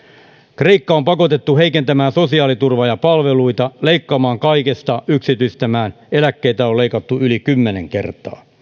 kreikka on pakotettu heikentämään sosiaaliturvaa ja palveluita leikkaamaan kaikesta yksityistämään eläkkeitä on leikattu yli kymmenen kertaa onkin